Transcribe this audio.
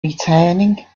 returning